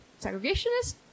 Segregationist